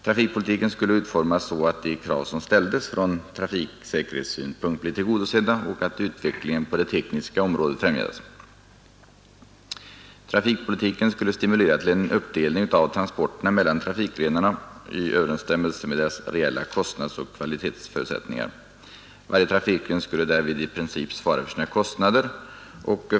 Trafikpolitiken skulle utformas så att de krav som ställdes från trafiksäkerhetssynpunkt blev tillgodosedda och att utvecklingen på det tekniska området främjades. Trafikpolitiken skulle stimulera till en uppdelning av transporterna mellan trafikgrenarna i överensstämmelse med deras reella kostnadsoch kvalitetsförutsättningar. Varje trafikgren skulle därvid i princip svara för sina kostnader.